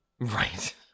Right